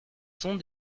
sont